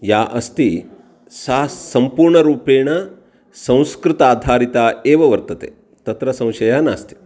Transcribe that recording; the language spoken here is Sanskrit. या अस्ति सा सम्पूर्णरूपेण संस्कृत आधारिता एव वर्तते तत्र संशयः नास्ति